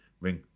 ring